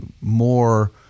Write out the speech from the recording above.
more